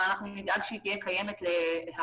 אבל אנחנו נדאג שהיא תהיה קיימת להפעלה